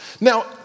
Now